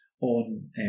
on